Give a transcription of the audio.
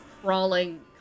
crawling